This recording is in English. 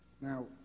Now